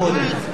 חבר הכנסת מולה.